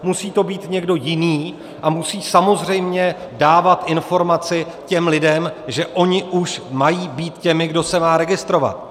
Musí to být někdo jiný a musí samozřejmě dávat informaci těm lidem, že oni už mají být těmi, kdo se má registrovat.